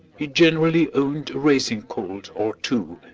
he generally owned a racing colt or two,